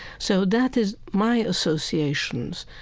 so that is my associations.